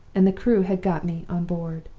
and the crew had got me on board.